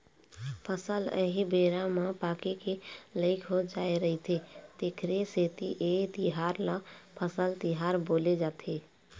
फसल ह एही बेरा म पाके के लइक हो जाय रहिथे तेखरे सेती ए तिहार ल फसल तिहार बोले जाथे